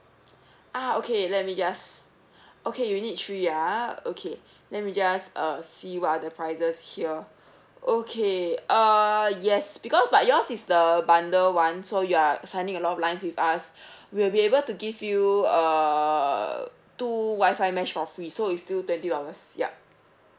ah okay let me just okay you need three ah okay let me just uh see what are the prizes here okay uh yes because but yours is the bundle [one] so you're signing a lot of lines with us we'll be able to give you err two wifi mash for free so it's still twenty dollars yup